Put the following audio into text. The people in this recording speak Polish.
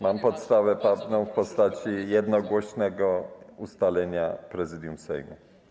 Mam podstawę prawną w postaci jednogłośnego ustalenia Prezydium Sejmu.